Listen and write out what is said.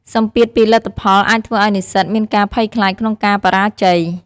សម្ពាធពីលទ្ធផលអាចធ្វើឱ្យនិស្សិតមានការភ័យខ្លាចក្នុងការបរាជ័យ។